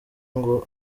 ngo